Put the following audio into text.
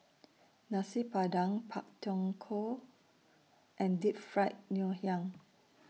Nasi Padang Pak Thong Ko and Deep Fried Ngoh Hiang